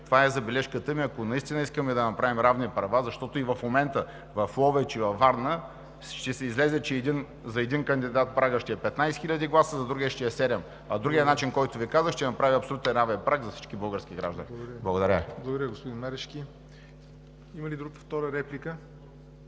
Това е забележката ми. Ако наистина искате да направим равни права, защото и в момента в Ловеч и във Варна ще излезе, че за един кандидат прагът ще е 15 хиляди гласа, за другия ще е 7, а другият начин, за който Ви казах, ще направи абсолютно равен праг за всички български граждани. Благодаря Ви. ПРЕДСЕДАТЕЛ ЯВОР НОТЕВ: Благодаря, господин Марешки. Има ли втора реплика?